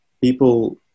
people